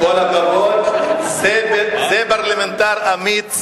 עם כל הכבוד, זה פרלמנטר אמיץ